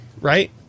Right